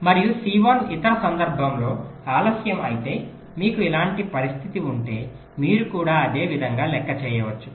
మరియు C1 ఇతర సందర్భంలో ఆలస్యం అయితే మీకు ఇలాంటి పరిస్థితి ఉంటే మీరు కూడా అదే విధంగా లెక్క చేయవచ్చు